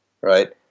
right